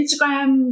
Instagram